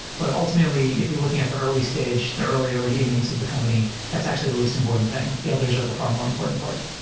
but ultimately, if you're looking at the early stage, the early, early innings of the company, that's actually the least important thing. the others are the far more important part.